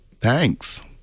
thanks